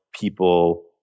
people